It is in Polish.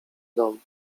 dom